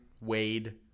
wade